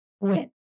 win